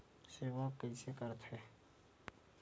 सेवा कइसे करथे?